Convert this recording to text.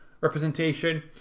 representation